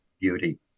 beauty